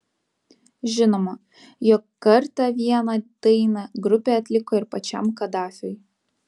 žinoma jog kartą vieną dainą grupė atliko ir pačiam kadafiui